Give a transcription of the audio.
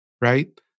right